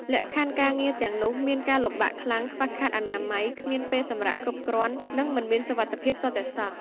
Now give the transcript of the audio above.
លក្ខខណ្ឌការងារទាំងនោះមានការលំបាកខ្លាំង ខ្វះខាតអនាម័យ គ្មានពេលសម្រាកគ្រប់គ្រាន់ និងមិនមានសុវត្ថិភាពទាល់តែសោះ។